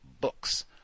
books